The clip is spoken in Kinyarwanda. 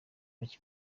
bake